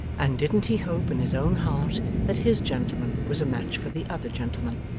and didn't he hope in his own heart that his gentleman was a match for the other gentleman,